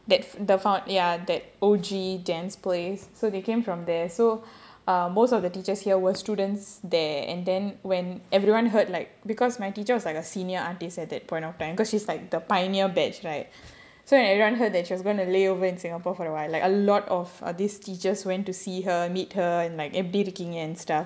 that the fo~ ya that O_G dance place so they came from there so uh most of the teachers here were students there and then when everyone heard like because my teacher was like a senior artist at that point of time because she's like the pioneer batch right so when everyone heard that she was going to lay over in singapore for a while like a lot of these teachers went to see her meet her எப்படி இருக்கீங்க:eppadi irukkeenga stuff